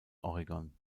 oregon